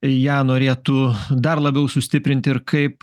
ją norėtų dar labiau sustiprinti ir kaip